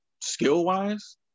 skill-wise